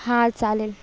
हां चालेल